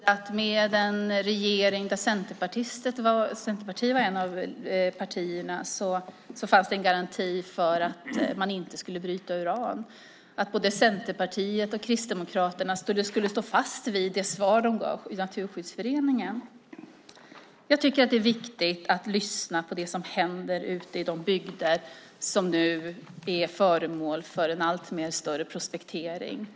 Herr talman! Det var många som trodde att det med en regering där Centerpartiet ingick fanns en garanti för att man inte skulle bryta uran, att både Centerpartiet och Kristdemokraterna skulle stå fast vid det svar de gav till Naturskyddsföreningen. Det är viktigt att lyssna på människorna ute i de bygder som nu är föremål för en allt större prospektering.